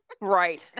Right